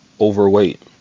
overweight